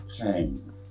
pain